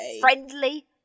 friendly